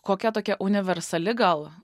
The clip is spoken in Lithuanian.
kokia tokia universali gal